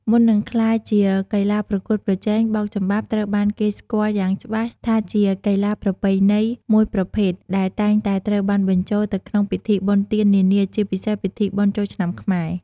មុននឹងក្លាយជាកីឡាប្រកួតប្រជែង បោកចំបាប់ត្រូវបានគេស្គាល់យ៉ាងច្បាស់ថាជាកីឡាប្រពៃណីមួយប្រភេទ ដែលតែងតែត្រូវបានបញ្ចូលទៅក្នុងពិធីបុណ្យទាននានា ជាពិសេស ពិធីបុណ្យចូលឆ្នាំខ្មែរ។